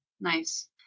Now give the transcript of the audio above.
Nice